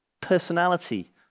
personality